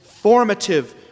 formative